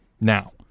Now